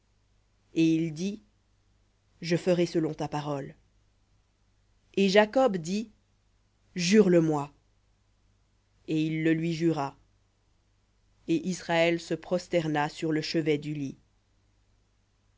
et il dit je ferai selon ta parole et dit jure le moi et il le lui jura et israël se prosterna sur le chevet du lit